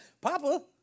Papa